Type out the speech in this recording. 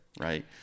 right